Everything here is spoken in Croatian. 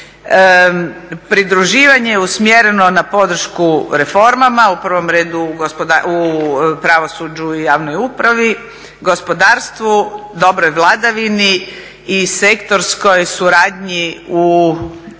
Pridruživanje je usmjereno na podršku reformama, u prvom redu u pravosuđu i javnoj upravi, gospodarstvu, dobroj vladavini i sektorskoj suradnji u